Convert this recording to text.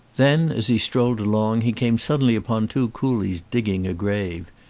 then, as he strolled along, he came suddenly upon two coolies digging a grave.